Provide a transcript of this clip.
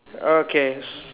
okay s~